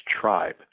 tribe